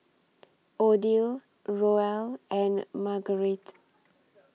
Odile Roel and Marguerite